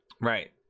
right